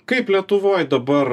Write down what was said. kaip lietuvoj dabar